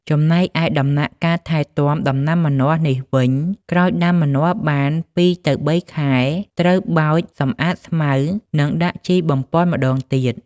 ចំណែកឯដំណាក់កាលថែទាំដំណាំម្នាស់នេះវិញក្រោយដាំម្ចាស់បាន ២ ទៅ ៣ខែ ត្រូវបោច សម្អាតស្មៅ និងដាក់ជីបំប៉នម្តងទៀត។